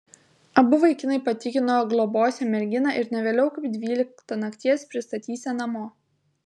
abu vaikinai patikino globosią merginą ir ne vėliau kaip dvyliktą nakties pristatysią namo